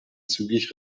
zügig